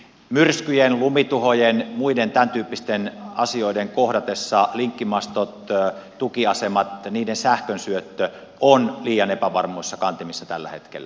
myrskyjen lumituhojen ja muiden tämäntyyppisten asioiden kohdatessa linkkimastojen ja tukiasemien sähkönsyöttö on liian epävarmoissa kantimissa tällä hetkellä